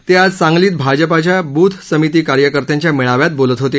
ते आज सांगलीत भाजपाच्या ब्रथ समिती कार्यकर्त्यांच्या मेळाव्यात बोलत होते